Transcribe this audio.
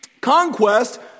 conquest